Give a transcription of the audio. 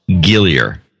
Gillier